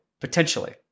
Potentially